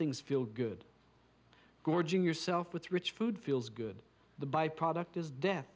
things feel good gorging yourself with rich food feels good the byproduct is death